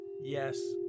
Yes